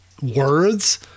words